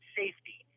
safety